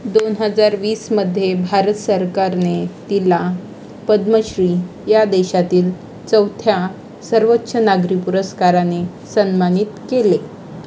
दोन हजार वीसमध्ये भारत सरकारने तिला पद्मश्री या देशातील चौथ्या सर्वोच्च नागरी पुरस्काराने सन्मानित केले